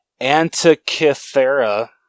Antikythera